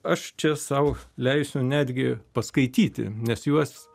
aš čia sau leisiu netgi paskaityti nes juos